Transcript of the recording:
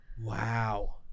Wow